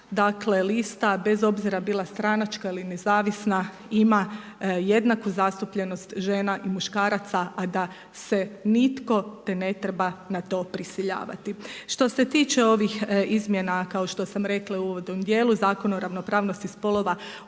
dakle lista bez obzira bila stranačka ili nezavisna ima jednaku zastupljenost žena i muškaraca, a da se nitko ne treba na to prisiljavati. Što se tiče ovih izmjena kao što sam i rekla u uvodnom dijelu Zakona o ravnopravnosti spolova usklađuje